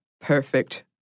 perfect